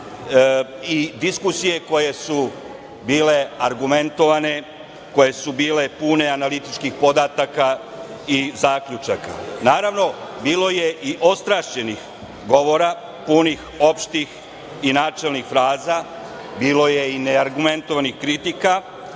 diskusije koje su bile argumentovane, koje su bile pune analitičkih podataka i zaključaka. Naravno, bilo je i ostrašćenih govora, punih opštih i načelnih fraza, bilo je i neargumentovanih kritika,